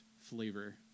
flavor